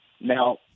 Now